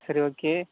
சரி ஓகே